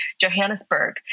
Johannesburg